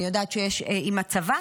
אני יודעת שיש עם הצבא,